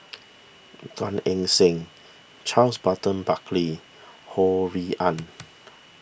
Gan Eng Seng Charles Burton Buckley Ho Rui An